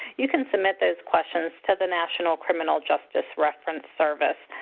you can submit those questions to the national criminal justice reference service.